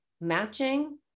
matching